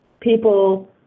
people